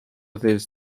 this